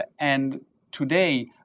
and today,